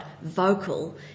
vocal